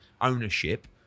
ownership